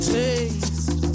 taste